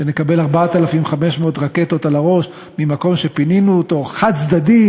שנקבל 4,500 רקטות על הראש ממקום שפינינו אותו חד-צדדית,